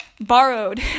borrowed